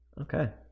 okay